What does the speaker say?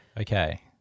Okay